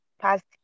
past